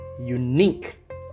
unique